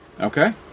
Okay